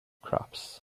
crops